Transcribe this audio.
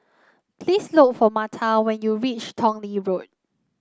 please look for Marta when you reach Tong Lee Road